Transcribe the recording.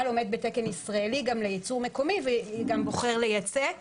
עומד בתקן ישראלי גם לייצור מקומי וגם בוחר לייצא.